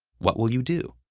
what will you do?